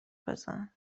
بزن